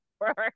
work